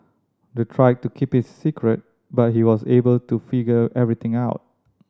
they tried to keep it's a secret but he was able to figure everything out